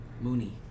Mooney